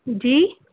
جی